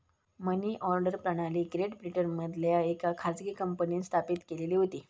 मनी order प्रणाली great ब्रिटनमधल्या येका खाजगी कंपनींन स्थापित केलेली होती